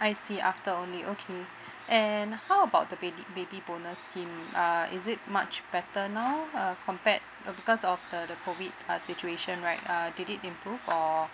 I see after only okay and how about the baby baby bonus scheme uh is it much better now uh compared uh because of the the COVID situation right uh did it improve or